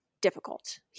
difficult